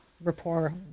rapport